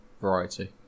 variety